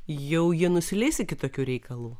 jau jie nusileis į kitokių reikalų